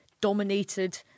dominated